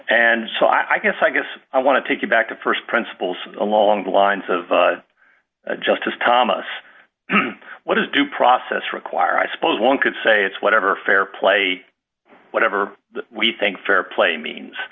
and so i guess i guess i want to take you back to st principles along the lines of justice thomas what does due process require i suppose one could say it's whatever fair play whatever we think fair play means